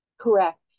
Correct